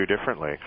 differently